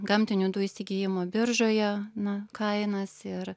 gamtinių dujų įsigijimo biržoje na kainas ir